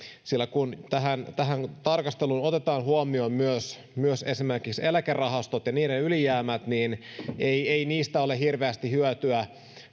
kun tähän tähän tarkasteluun otetaan huomioon myös myös esimerkiksi eläkerahastot ja niiden ylijäämät että ei niistä ole hirveästi hyötyä